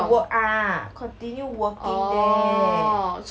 to work ah continue working there